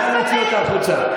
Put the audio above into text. נא להוציא אותה החוצה.